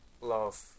love